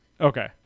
Okay